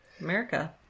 America